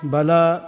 Bala